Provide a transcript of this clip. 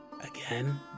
again